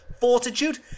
fortitude